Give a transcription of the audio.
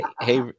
hey